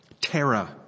Terror